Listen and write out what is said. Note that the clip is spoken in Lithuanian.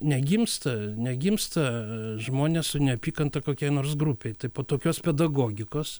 negimsta negimsta žmonės su neapykanta kokiai nors grupei tai po tokios pedagogikos